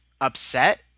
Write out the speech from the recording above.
upset